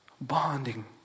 Bonding